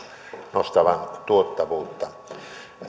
nostavan tuottavuutta